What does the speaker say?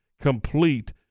complete